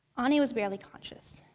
anie was barely conscious.